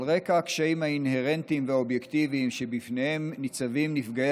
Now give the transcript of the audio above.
על רקע הקשיים האינהרנטיים והאובייקטיביים שבפניהם ניצבים נפגעי